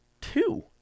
two